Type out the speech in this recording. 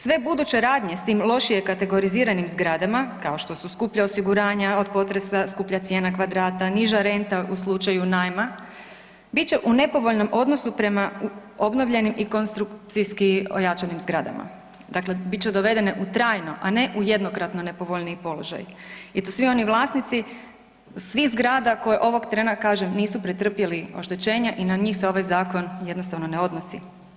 Sve buduće radne s tim lošije kategoriziranim zgradama kao što su skuplja osiguranja od potresa, skuplja cijena kvadrata, niža renta u slučaju najma bit će u nepovoljnom odnosu prema obnovljenim i konstrukcijski ojačanim zgradama, dakle bit će dovedene u trajno, a ne u jednokratno nepovoljniji položaj i to svi oni vlasnici svih zgrada koje ovog trena nisu pretrpjeli oštećenje i na njih se ovaj zakon jednostavno ne odnosi.